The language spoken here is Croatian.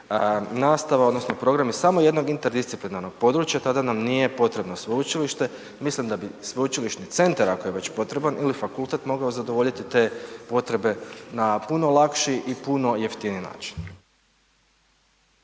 nastava odnosno programi samo jednog interdisciplinarnog područja tada nam nije potrebno sveučilište, mislim da bi sveučilišni centar ako je već potreban ili fakultet mogao zadovoljiti te potrebe na puno lakši i puno jeftiniji način.